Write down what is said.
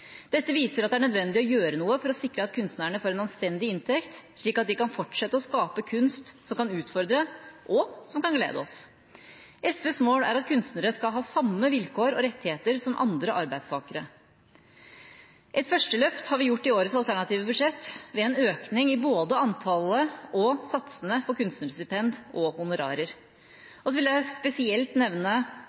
Dette viser at det er nødvendig å gjøre noe for å sikre at kunstnerne får en anstendig inntekt, slik at de kan fortsette å skape kunst som kan utfordre, og som kan glede oss. SVs mål er at kunstnere skal ha samme vilkår og rettigheter som andre arbeidstakere. Et første løft har vi gjort i årets alternative budsjett med en økning i både antallet og satsene på kunstnerstipender og honorarer. Jeg vil spesielt nevne